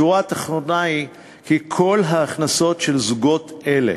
השורה התחתונה היא שכל ההכנסה של זוגות אלו